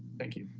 thank you.